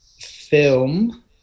film